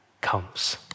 comes